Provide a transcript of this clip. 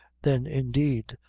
then, indeed,